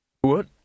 What